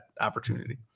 opportunity